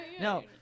No